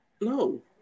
No